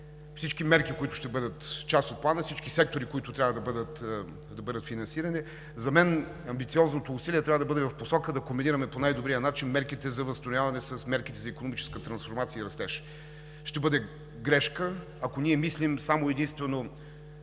всички мерки, които ще бъдат част от плана, всички сектори, които трябва да бъдат финансирани. За мен амбициозното усилие трябва да бъде в посока да комбинираме по най-добрия начин мерките за възстановяване с мерките за икономическа трансформация и растеж. Ще бъде грешка, ако ние мислим само и единствено